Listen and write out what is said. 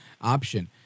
option